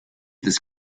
this